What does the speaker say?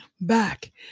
back